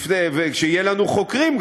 שיהיו לנו גם חוקרים,